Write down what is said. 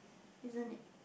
isn't it